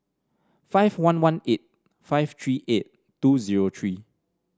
five one one eight five three eight two zero three